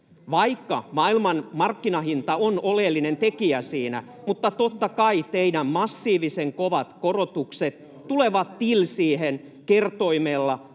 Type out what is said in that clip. Vaikka maailmanmarkkinahinta on oleellinen tekijä siinä, totta kai teidän massiivisen kovat korotuksenne tulevat siihen till kertoimella,